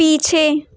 पीछे